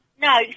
No